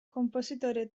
konpositore